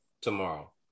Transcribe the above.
tomorrow